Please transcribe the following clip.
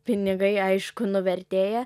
pinigai aišku nuvertėja